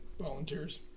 volunteers